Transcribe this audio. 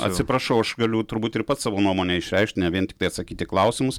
atsiprašau aš galiu turbūt ir pats savo nuomonę išreikšt ne vien tiktai atsakyt į klausimus